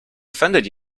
offended